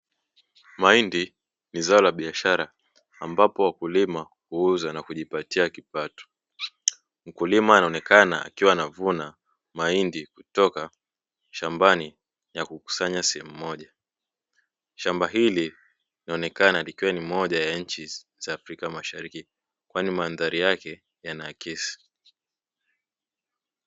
Mahindi ni zao la biashara ambapo wakulima huuza na kujipatia kipato. Mkulima anaonekana akiwa anavuna mahindi kutoka shambani na kukusanya sehemu moja. Shamba hili linaonekana likiwa ni moja ya nchi za Afrika mashariki, kwani mandhari yake yanaakisi.